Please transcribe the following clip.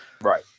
Right